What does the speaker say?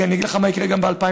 כי אני אגיד לך מה יקרה גם ב-2018: